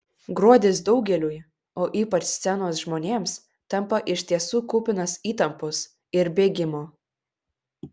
gruodis daugeliui o ypač scenos žmonėms tampa iš tiesų kupinas įtampos ir bėgimo